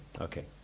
Okay